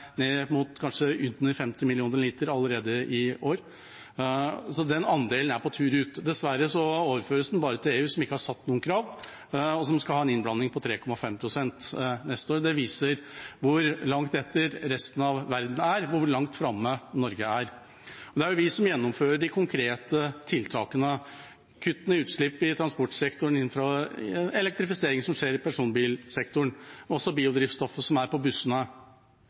ned mot under 50 mill. liter allerede i år, så den andelen er på tur ut. Dessverre overføres den bare til EU, som ikke har satt noen krav, og som skal ha en innblanding på 3,5 pst. neste år. Det viser hvor langt etter resten av verden er, og hvor langt framme Norge er. Det er vi som gjennomfører de konkrete tiltakene: kutt i utslipp i transportsektoren, elektrifisering i personbilsektoren og også biodrivstoff for bussene. Det er